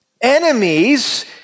enemies